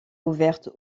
ouverte